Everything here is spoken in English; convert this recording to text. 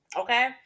okay